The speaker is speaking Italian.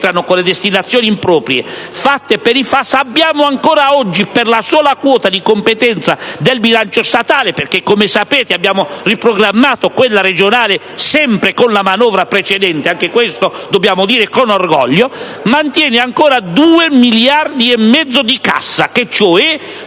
con le destinazioni improprie fatte per le somme del FAS, abbiamo ancora oggi, per la sola quota di competenza del bilancio statale (perché - come sapete - abbiamo riprogrammato quella regionale, sempre con la manovra precedente, e anche questo dobbiamo dirlo con orgoglio), 2,5 miliardi di cassa, che